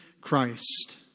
Christ